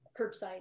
curbside